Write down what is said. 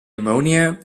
ammonia